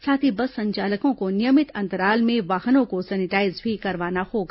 साथ ही बस संचालकों को नियमित अंतराल में वाहनों को सैनिटाईज भी करवाना होगा